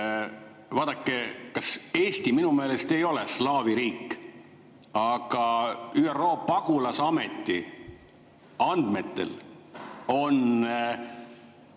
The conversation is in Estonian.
Vaadake, Eesti minu meelest ei ole slaavi riik ja ÜRO pagulasameti andmetel on